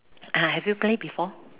ah have you played before